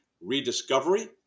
rediscovery